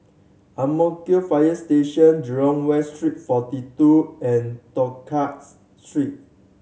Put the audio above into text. Ang Mo Kio Fire Station Jurong West Street Forty Two and Tosca Street